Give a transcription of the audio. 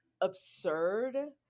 absurd